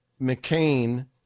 McCain